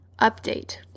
update